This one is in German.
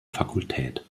fakultät